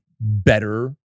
better